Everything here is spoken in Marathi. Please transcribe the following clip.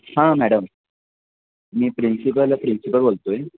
हां मॅडम मी प्रिन्सिपल प्रिन्सिपल बोलतो आहे